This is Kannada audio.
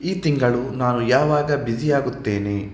ಈ ತಿಂಗಳು ನಾನು ಯಾವಾಗ ಬಿಝಿಯಾಗುತ್ತೇನೆ